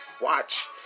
watch